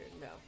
No